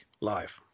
live